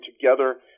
together